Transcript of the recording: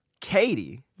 Katie